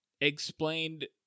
explained